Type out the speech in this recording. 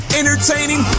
entertaining